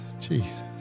Jesus